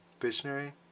visionary